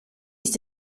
ist